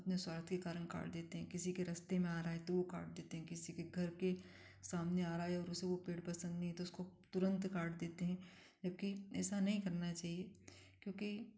अपने स्वार्थ के कारण काट देते हैं किसी के रास्ते में आ रहा है तो वो काट देते हैं किसी के घर के सामने आ रहा है और उसे वो पेड़ पसंद नहीं है तो उसको तुरंत काट देते हैं जबकि ऐसा नहीं करना चाहिए क्योंकि